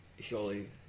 surely